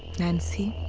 nancy!